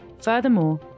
Furthermore